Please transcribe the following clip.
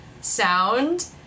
sound